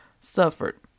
suffered